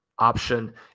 option